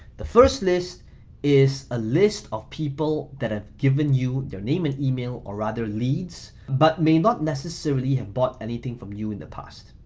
the first list is a list of people that have given you their name and email or other leads, but may not necessarily have bought anything from you in the past,